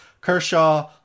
Kershaw